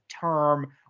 term